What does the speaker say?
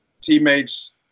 teammates